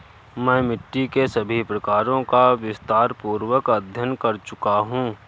मैं मिट्टी के सभी प्रकारों का विस्तारपूर्वक अध्ययन कर चुका हूं